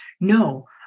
no